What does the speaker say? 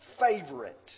favorite